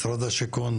משרד השיכון,